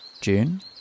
June